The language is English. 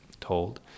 told